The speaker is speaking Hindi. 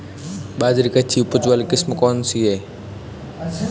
बाजरे की अच्छी उपज वाली किस्म कौनसी है?